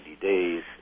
days